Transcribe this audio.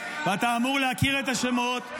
ואתה אמור להכיר את השמות,